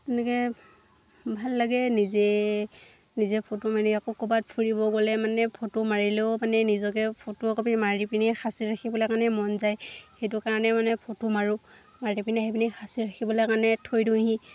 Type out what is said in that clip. এনেকৈ ভাল লাগে নিজে নিজে ফটো মাৰি আকৌ ক'ৰবাত ফুৰিব গ'লে মানে ফটো মাৰিলেও মানে নিজকে ফটো একপি মাৰি পিনে সাঁচি ৰাখিবলৈ কাৰণে মন যায় সেইটো কাৰণে মানে ফটো মাৰোঁ মাৰি পিনে সেইখিনি সাঁচি ৰাখিবলৈ কাৰণে থৈ দিওঁহি